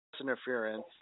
interference